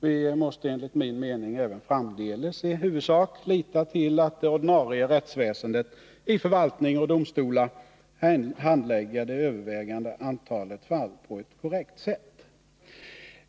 Vi måste enligt min mening även framdeles i huvudsak lita till att det ordinarie rättsväsendet i förvaltning och domstolar handlägger det övervägande antalet fall på korrekt sätt.